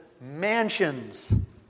mansions